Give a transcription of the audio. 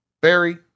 Barry